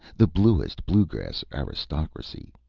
the bluest blue-grass aristocracy,